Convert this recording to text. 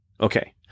Okay